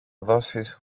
δώσεις